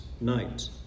night